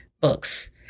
books